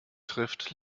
trifft